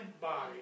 body